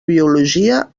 biologia